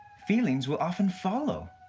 feelings will often follow.